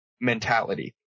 mentality